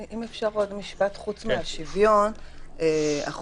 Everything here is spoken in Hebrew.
אם אפשר עוד משפט, חוץ מהשוויון, אני